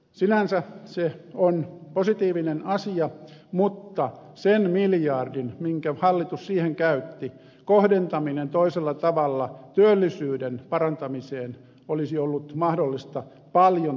sinänsä se on positiivinen asia mutta sen miljardin minkä hallitus siihen käytti kohdentaminen toisella tavalla työllisyyden parantamiseen olisi ollut mahdollista paljon tehokkaammin